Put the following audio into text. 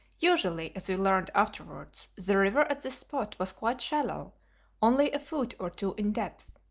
usually, as we learned afterwards, the river at this spot was quite shallow only a foot or two in depth.